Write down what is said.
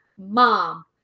mom